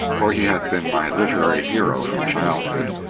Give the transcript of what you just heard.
for he had been my literary hero from childhood.